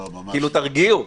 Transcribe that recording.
כאילו תרגיעו.